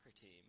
team